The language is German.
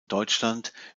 deutschland